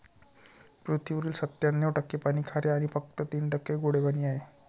पृथ्वीवरील सत्त्याण्णव टक्के पाणी खारे आणि फक्त तीन टक्के गोडे पाणी आहे